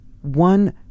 one